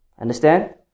Understand